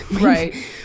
right